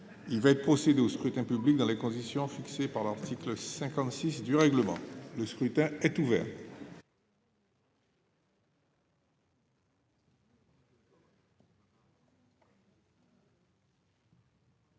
Il va être procédé au scrutin dans les conditions fixées par l'article 56 du règlement. Le scrutin est ouvert.